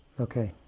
Okay